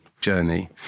journey